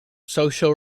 social